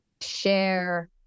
share